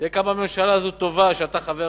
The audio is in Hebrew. תראה כמה הממשלה הזאת, שאתה חבר בה,